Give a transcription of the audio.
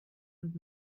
und